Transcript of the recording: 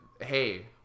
hey